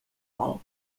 vol